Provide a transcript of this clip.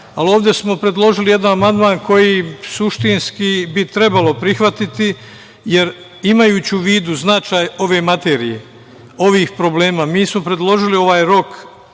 Ali, ovde smo predložili jedan amandman koji suštinski bi trebalo prihvatiti, jer imajući u vidu značaj ove materije, ovih problema, mi smo predložili ovaj rok